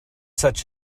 such